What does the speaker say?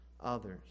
others